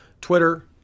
Twitter